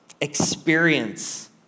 experience